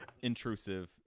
intrusive